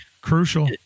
crucial